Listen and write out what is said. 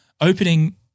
opening